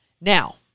Now